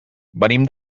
venim